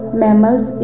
mammals